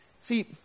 See